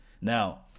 Now